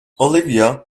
olivia